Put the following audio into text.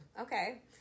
okay